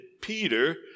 Peter